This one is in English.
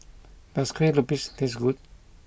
does Kue Lupis taste good